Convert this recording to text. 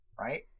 right